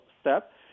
step